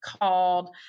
called